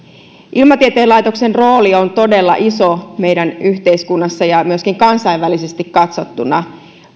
ilmatieteen laitoksen rooli on todella iso meidän yhteiskunnassa ja myöskin kansainvälisesti katsottuna